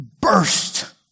burst